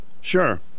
sure